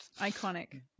Iconic